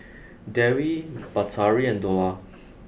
Dewi Batari and Dollah